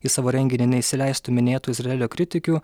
į savo renginį neįsileistų minėtų izraelio kritikių